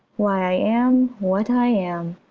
why i am what i am.